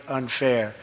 unfair